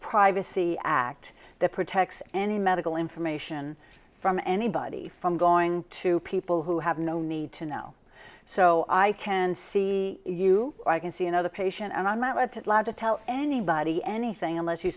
privacy act that protects any medical information from anybody from going to people who have no need to know so i can see you i can see another patient and i'm not about to tell anybody anything unless you